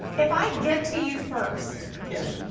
if i get to you first. yes.